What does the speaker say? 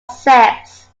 sex